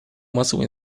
массовой